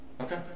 Okay